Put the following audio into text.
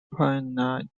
pinnate